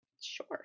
Sure